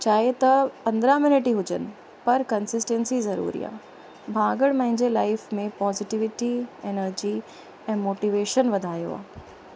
चाहे त पंद्रहं मिनट ई हुजनि पर कंसिस्टेन्सी ज़रूरी आहे भाॻण मुंहिंजे लाइफ़ में पोज़िटिविटी एनर्जी ऐं मोटीवेशन वधायो आहे